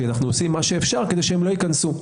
שאנו עושים מה שאפשר כדי שהם לא ייכנסו.